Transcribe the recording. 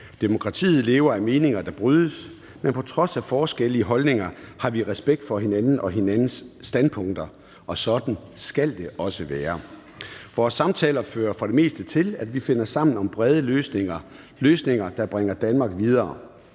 Demokratiet lever af meninger, der brydes. Men på trods af forskelle i holdninger har vi respekt for hinanden og hinandens standpunkter, og sådan skal det også være. Vores samtaler fører for det meste til, at vi finder sammen om brede løsninger, løsninger, der bringer Danmark videre,